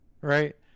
right